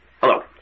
Hello